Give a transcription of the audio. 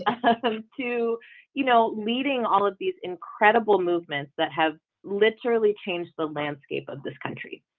ah sessom to you know, leading all of these incredible movements that have literally changed the landscape of this country.